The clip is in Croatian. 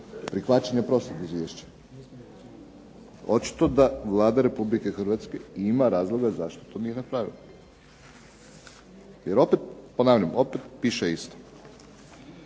prihvaćanja prošlog izvješća. Očito da Vlada Republike Hrvatske ima razloga zašto to nije napravila. Ponavljam opet piše isto.